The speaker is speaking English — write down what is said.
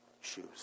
shoes